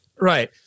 Right